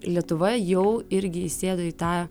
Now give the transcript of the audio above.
lietuva jau irgi įsėdo į tą